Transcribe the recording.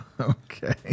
Okay